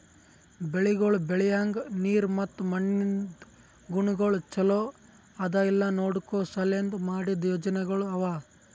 ಬೆಳಿಗೊಳ್ ಬೆಳಿಯಾಗ್ ನೀರ್ ಮತ್ತ ಮಣ್ಣಿಂದ್ ಗುಣಗೊಳ್ ಛಲೋ ಅದಾ ಇಲ್ಲಾ ನೋಡ್ಕೋ ಸಲೆಂದ್ ಮಾಡಿದ್ದ ಯೋಜನೆಗೊಳ್ ಅವಾ